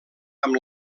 amb